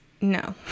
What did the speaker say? No